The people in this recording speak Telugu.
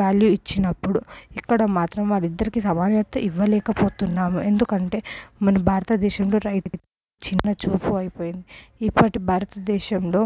వాల్యూ ఇచ్చినప్పుడు ఇక్కడ మాత్రం వాళ్ళిద్దరికీ సమానత్వం ఇవ్వలేకపోతున్నాము ఎందుకంటే మన భారత దేశంలో రైతు చిన్నచూపు అయిపోయింది ఇప్పటి భారత దేశంలో